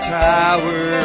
tower